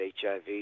HIV